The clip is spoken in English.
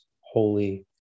holy